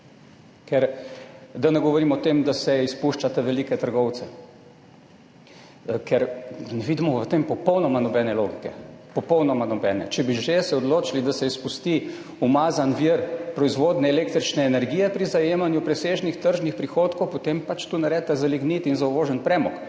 Da ne govorim o tem, da se izpuščate velike trgovce. V tem ne vidimo popolnoma nobene logike, popolnoma nobene. Če bi že se odločili, da se izpusti umazan vir proizvodnje električne energije pri zajemanju presežnih tržnih prihodkov, potem pač to naredite za lignit in za uvožen premog.